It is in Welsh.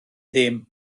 ddim